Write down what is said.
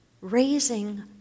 raising